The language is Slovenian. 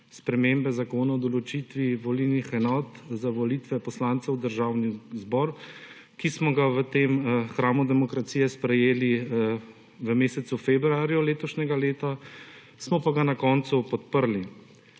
spremembe Zakona o določitvi volilnih enot za volitve poslancev v Državni zbor, ki smo ga v tem hramu demokracije sprejeli v mesecu februarju letošnjega leta smo pa ga na koncu podprli.